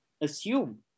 assume